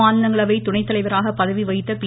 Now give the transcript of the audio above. மாநிலங்களவை துணை தலைவராக பதவி வகித்த பி